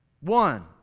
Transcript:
One